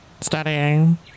studying